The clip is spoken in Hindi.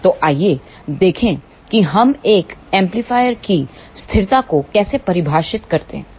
तो आइए देखें कि हम एक एम्पलीफायर की स्थिरता को कैसे परिभाषित करते हैं